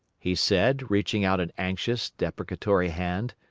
he said, reaching out an anxious, deprecatory hand,